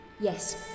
Yes